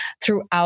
throughout